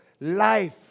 life